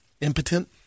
impotent